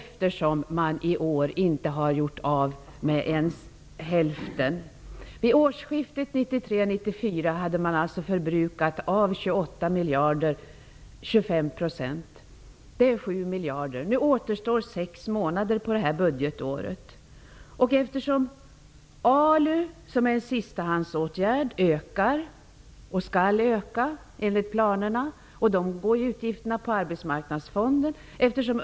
I år har man ju inte gjort av med ens hälften. Vid årsskiftet 1993/94 hade man av 28 miljarder förbrukat 25 %. Det är 7 miljarder. Nu återstår sex månader av detta budgetår. ALU-verksamheten, som är en sistahandsåtgärd, ökar och skall öka enligt planerna. Utgifterna för denna verksamhet finansieras över Arbetsmarknadsfonden.